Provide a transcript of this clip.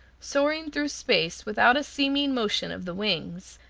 soaring through space without a seeming motion of the wings,